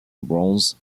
bronze